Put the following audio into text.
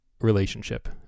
relationship